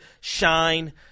Shine